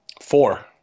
Four